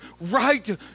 right